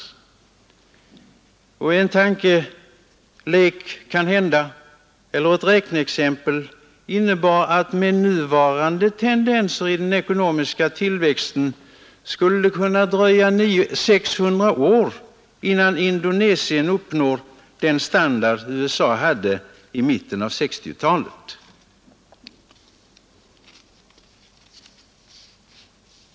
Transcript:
Och ett räkneexempel innebar att med nuvarande tendenser i den ekonomiska tillväxten skulle det kunna dröja 600 år innan Indonesien uppnår den standard som USA hade i mitten av 1960-talet!